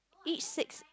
each six